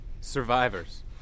Survivors